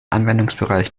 anwendungsbereich